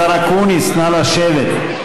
השר אקוניס, נא לשבת.